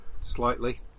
slightly